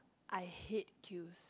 I hate queues